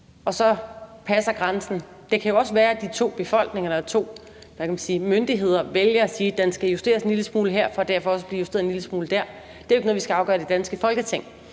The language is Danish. og så passer grænsen. Det kan jo også være, at de to befolkninger eller to myndigheder vælger at sige, at den skal justeres en lille smule hér for derfor også at blive justeret en lille smule dér. Det er jo ikke noget, vi skal afgøre i det danske Folketing.